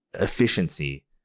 efficiency